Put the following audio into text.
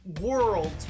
world